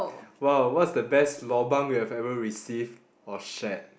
!wow! what's the best lobang you've ever received or shared